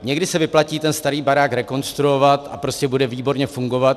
Někdy se vyplatí ten starý barák rekonstruovat a bude výborně fungovat.